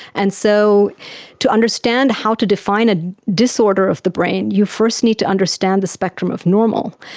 and so to understand how to define a disorder of the brain you first need to understand the spectrum of normal.